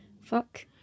fuck